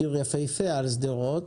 שיר יפיפה על שדרות.